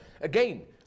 again